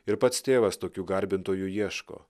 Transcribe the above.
ir pats tėvas tokių garbintojų ieško